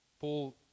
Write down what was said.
Paul